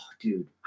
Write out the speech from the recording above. dude